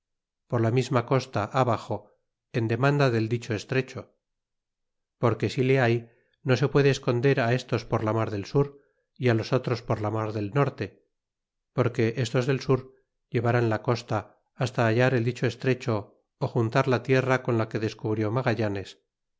por la misma costa baxo en demanda del dicho estrecho por que si le hay no se puede esconder a estos por la mar del sur e y los otros por la mar del norte porque estos del sur lleva rán la costa hasta hallar el dicho estrecho ó juntar la tierra con la que descubrió magallanes